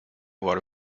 what